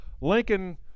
Lincoln